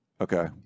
Okay